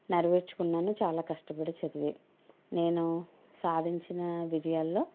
నెరవేర్చుకున్నాను చాలా కష్టపడి చదివి నేను సాధించిన విజయాల్లో